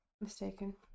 mistaken